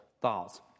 thoughts